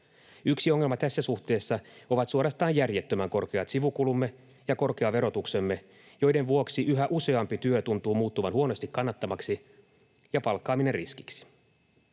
Yksi ongelma tässä suhteessa ovat suorastaan järjettömän korkeat sivukulumme ja korkea verotuksemme, joiden vuoksi yhä useampi työ tuntuu muuttuvan huonosti kannattavaksi ja palkkaaminen riskiksi.